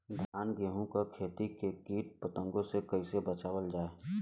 धान गेहूँक खेती के कीट पतंगों से कइसे बचावल जाए?